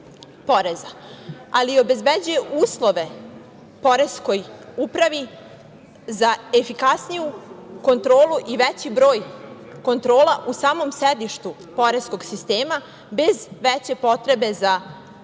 ali obezbeđuje uslove poreskoj upravi za efikasniju kontrolu i veći broj kontrola u samom sedištu poreskog sistema bez veće potrebe za